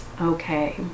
okay